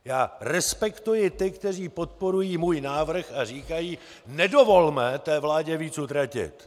Já respektuji ty, kteří podporují můj návrh a říkají: Nedovolme té vládě víc utratit.